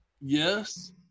yes